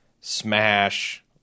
smash